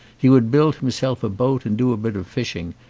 he would build himself a boat and do a bit of fishing,